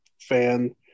fan